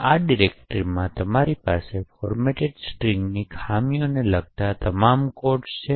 આ ડિરેક્ટરીમાં તમારી પાસે ફોર્મેટ સ્ટ્રિંગ ખામીને લગતા તમામ કોડ્સ છે